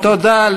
תודה רבה.